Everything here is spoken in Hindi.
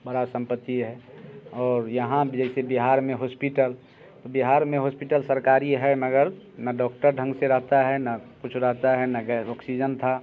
बड़ा सम्पति है और यहाँ जैसे बिहार में हॉस्पिटल बिहार में हॉस्पिटल सरकारी है मगर न डॉक्टर ढंग से रहता है न कुछ रहता है न ऑक्सीजन था